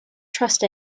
trust